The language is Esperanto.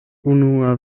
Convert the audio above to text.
unua